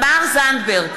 זנדברג,